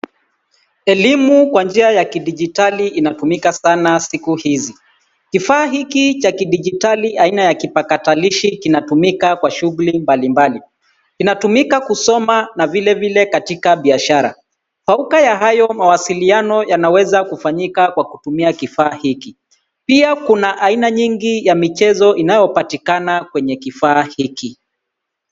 Elimu kwa njia ya kidijitali inatumika sana siku hizi. Kifaa hiki cha kidijitali aina ya kipatakilishi kinatumika kwa shughuli mbalimbali. Inatumika kusoma na vilevile katika biashara. Fauko ya hayo, mawasiliano yanaweza kufanyika kwa kutumia kifaa hiki. Pia kuna aina nyingi ya michezo inayopatikana kwenye kifaa hiki.